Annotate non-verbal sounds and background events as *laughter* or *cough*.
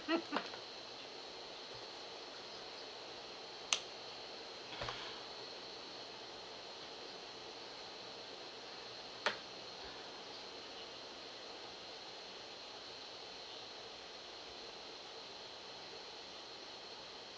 *laughs* *breath*